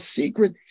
secret